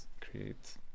create